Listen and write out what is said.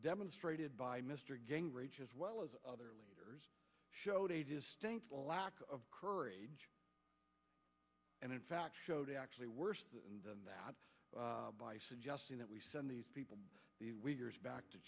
demonstrated by mr gingrich as well as other leaders showed a lack of courage and in fact showed actually worse than that by suggesting that we send these people back to